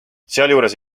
sealjuures